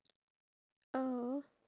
filet-O-fish